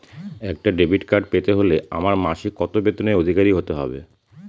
একটা debit card পেতে হলে আমার মাসিক কত বেতনের অধিকারি হতে হবে?